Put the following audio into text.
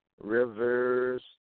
rivers